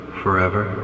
forever